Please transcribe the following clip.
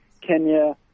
Kenya